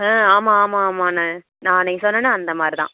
ஆ ஆமாம் ஆமாம் ஆமாண்ணா நான் அன்றைக்கு சொன்னன்னே அந்த மாதிரி தான்